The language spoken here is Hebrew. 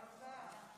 הצבעה.